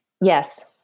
Yes